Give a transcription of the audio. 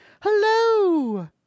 hello